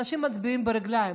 אנשים מצביעים ברגליים.